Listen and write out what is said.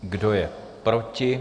Kdo je proti?